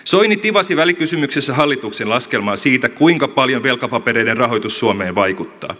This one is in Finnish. soini tivasi välikysymyksessä hallituksen laskelmaa siitä kuinka paljon velkapapereiden rahoitus suomeen vaikuttaa